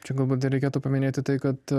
čia galbūt dar reikėtų paminėti tai kad